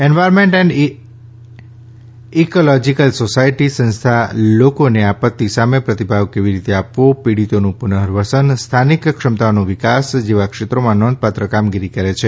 environment and technological society સંસ્થા લોકોને આપત્તિ સામે પ્રતિભાવ કેવી રીતે આપવો પીડિતોનું પુનર્વસન સ્થાનિક ક્ષમતાઓનો વિકાસ જેવા ક્ષેત્રે નોંધપાત્ર કામગીરી કરે છે